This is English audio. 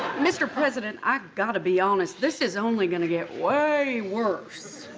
mr. president i got to be honest this is only going to get way worse.